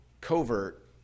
covert